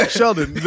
Sheldon